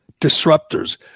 disruptors